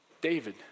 David